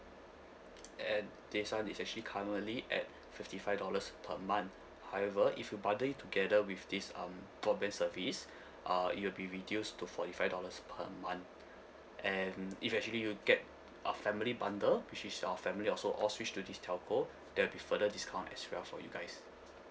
and this one is actually currently at fifty five dollars per month however if you bundle it together with this um broadband service err it'll be reduced to forty five dollars per month and if actually you get a family bundle which is your family also all switch to this telco there'll be further discount as well for you guys